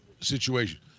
situation